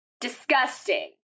disgusting